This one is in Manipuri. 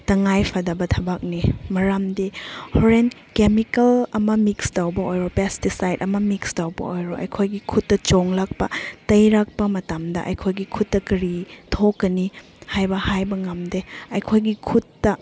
ꯇꯉꯥꯏ ꯐꯗꯕ ꯊꯕꯛꯅꯤ ꯃꯔꯝꯗꯤ ꯍꯣꯔꯦꯟ ꯀꯦꯃꯤꯀꯦꯜ ꯑꯃ ꯃꯤꯛꯁ ꯇꯧꯕ ꯑꯣꯏꯔꯦ ꯄꯦꯁꯇꯤꯁꯥꯏꯠ ꯑꯃ ꯃꯤꯛꯁ ꯇꯧꯕ ꯑꯣꯏꯔꯣ ꯑꯩꯈꯣꯏꯒꯤ ꯈꯨꯠꯇ ꯆꯣꯡꯂꯛꯄ ꯇꯩꯔꯛꯄ ꯃꯇꯝꯗ ꯑꯩꯈꯣꯏꯒꯤ ꯈꯨꯠꯇ ꯀꯔꯤ ꯊꯣꯛꯀꯅꯤ ꯍꯥꯏꯕ ꯍꯥꯏꯕ ꯉꯝꯗꯦ ꯑꯩꯈꯣꯏꯒꯤ ꯈꯨꯠꯇ